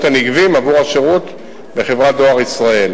הנגבים עבור השירות בחברת "דואר ישראל".